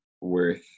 worth